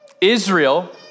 Israel